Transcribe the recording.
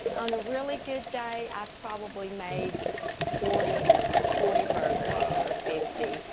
on a really good day, i probably made forty forty burgers or fifty.